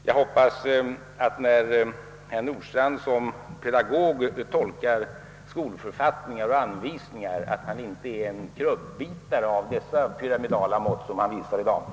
Jag hoppas att herr Nordstrandh när han som pedagog läser skolförfattningar och anvisningar inte är en krubbitare av de pyramidala mått som han i dag visat sig vara.